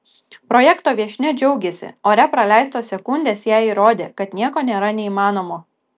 projekto viešnia džiaugėsi ore praleistos sekundės jai įrodė kad nieko nėra neįmanomo